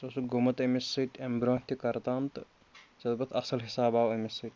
ژٕ اوسُکھ گوٚمُت أمِس سۭتۍ اَمۍ برٛونٛہہ تہِ کَر تام تہٕ ژےٚ دوٚپُتھ اَصٕل حساب آو أمِس سۭتۍ